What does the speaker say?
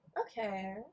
okay